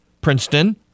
Princeton